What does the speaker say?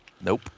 Nope